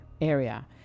area